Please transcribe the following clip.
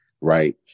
right